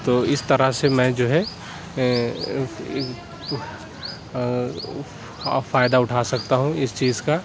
تو اِس طرح سے میں جو ہے فائدہ اُٹھا سکتا ہوں اِس چیز کا